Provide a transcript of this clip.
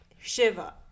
Shiva